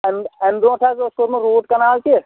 اَمہِ اَمہِ برونٛٹھ حظ اوس کوٚرمُت روٗٹ کَنال تہِ